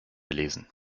lesen